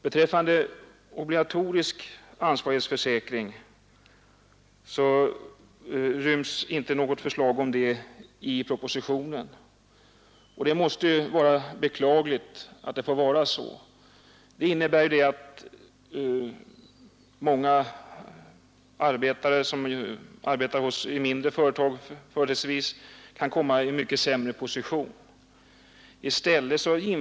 Något förslag om obligatorisk ansvarighetsförsäkring finns inte i propositionen, vilket jag beklagar. Det innebär ju att många arbetare, företrädesvis anställda i mindre företag, kommer i en mycket dålig position.